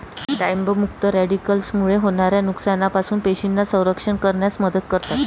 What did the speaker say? डाळिंब मुक्त रॅडिकल्समुळे होणाऱ्या नुकसानापासून पेशींचे संरक्षण करण्यास मदत करतात